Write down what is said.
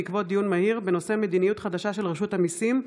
(איסור עישון ברכב שנמצא בו קטין שטרם מלאו לו 15 שנים),